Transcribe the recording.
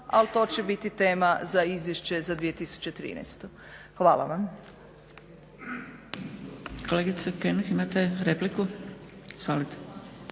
ali to će biti tema za izvješće za 2013. Hvala vam.